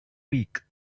week